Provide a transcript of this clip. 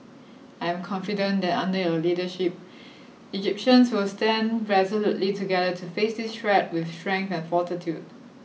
I am confident that under your leadership Egyptians will stand resolutely together to face this threat with strength and fortitude